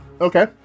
Okay